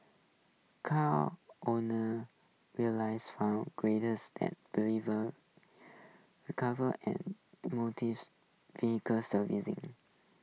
car owners realize found greaters and believers recorver and motice vehicle servicing